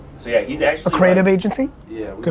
so yeah, he's actually a creative agency? yeah.